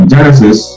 Genesis